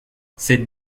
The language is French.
cette